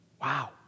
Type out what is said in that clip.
Wow